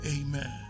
Amen